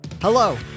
Hello